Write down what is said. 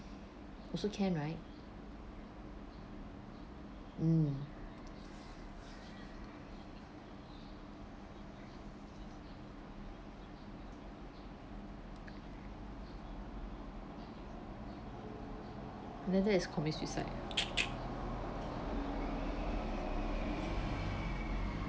also can right mm then that is commit suicide